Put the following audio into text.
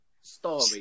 story